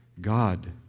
God